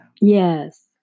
Yes